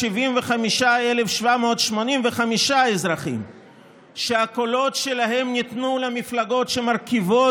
ו-275,785 אזרחים שהקולות שלהם ניתנו למפלגות שמרכיבות